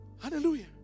Hallelujah